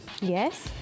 Yes